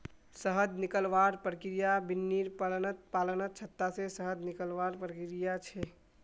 शहद निकलवार प्रक्रिया बिर्नि पालनत छत्ता से शहद निकलवार प्रक्रिया छे